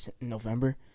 November